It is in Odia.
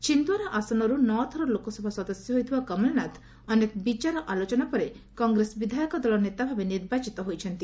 ଛିନ୍ଦୱାରା ଆସନରୁ ନଅଥର ଲୋକସଭା ସଦସ୍ୟ ହୋଇଥିବା କମଳନାଥ ଅନେକ ବିଚାର ଆଲୋଚନା ପରେ କଂଗ୍ରେସ ବିଧାୟକ ଦଳ ନେତା ଭାବେ ନିର୍ବାଚିତ ହୋଇଛନ୍ତି